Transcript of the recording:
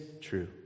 true